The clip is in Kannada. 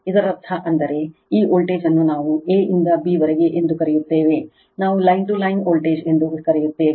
ಇದರರ್ಥ ಅಂದರೆ ಈ ವೋಲ್ಟೇಜ್ ಅನ್ನು ನಾವು a ಇಂದ b ವರೆಗೆ ಎಂದು ಕರೆಯುತ್ತೇವೆ ನಾವು ಲೈನ್ ಟು ಲೈನ್ ವೋಲ್ಟೇಜ್ ಎಂದು ಕರೆಯುತ್ತೇವೆ